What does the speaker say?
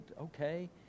okay